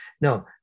no